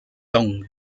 tong